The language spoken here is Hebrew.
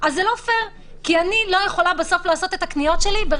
ואתם לא יכולים לעצור את זה.